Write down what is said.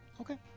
Okay